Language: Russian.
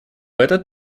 этот